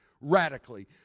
radically